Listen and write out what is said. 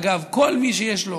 אגב, כל מי שיש לו